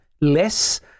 less